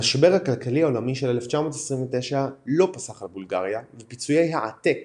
המשבר הכלכלי העולמי של 1929 לא פסח על בולגריה ופיצויי העתק